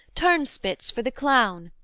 turnspits for the clown,